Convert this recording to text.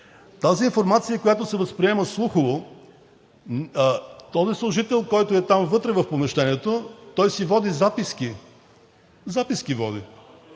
Тази информация, която се възприема слухово, този служител, който е там вътре в помещението, той си води записки, след